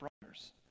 brothers